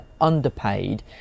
underpaid